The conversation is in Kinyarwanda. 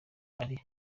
ari